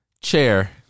Chair